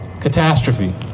catastrophe